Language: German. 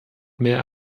mehr